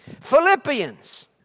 Philippians